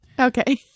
Okay